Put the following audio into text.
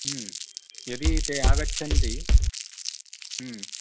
यदि ते आगच्छन्ति